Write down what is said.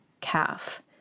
calf